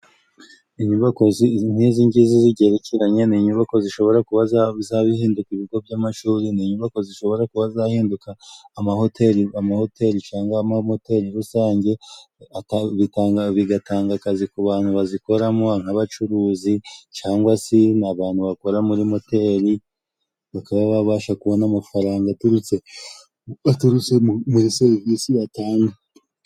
Inyubako nk'izi ngizi zigerekeranye ni inyubako zishobora kuba zahinduka ibigo by'amashuri, ni inyubako zishobora kuba zahinduka amahoteli, amahoteli cyangwa amamoteri rusange, bigatanga akazi ku bantu bazikoramo nk'abacuruzi cyangwa se abantu bakora muri moteri bakaba babasha kubona amafaranga aturutse, aturutse muri serivisi batanga.